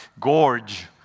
gorge